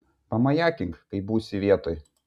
pamajakink kai būsi vietoj